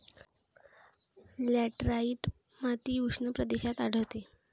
laterite माती उष्ण प्रदेशात आढळते